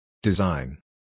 Design